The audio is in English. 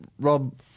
Rob